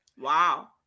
wow